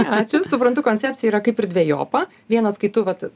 ačiū suprantu koncepciją yra kaip ir dvejopa vienas kai tu vat